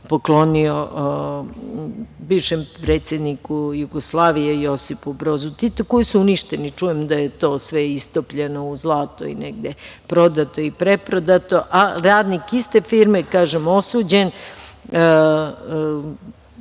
poklonio bivšem predsedniku Jugoslavije, Josipu Brozu Titu koji su uništeni. Čujem da je to sve istopljeno u zlato i negde prodato i preprodato, a radnik iste firme je osuđen